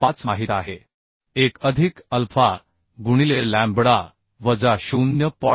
5 माहित आहे 1 अधिक अल्फा गुणिले लॅम्बडा वजा 0